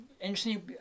interesting